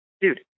Dude